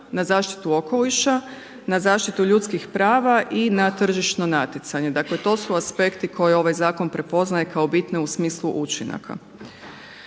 na zaštitu okoliša, na zaštitu ljudskih prava i na tržišno natjecanje. Dakle, to su aspekti koje ovaj zakon prepoznaje kao bitne u smislu učinaka.